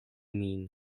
min